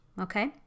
okay